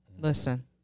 Listen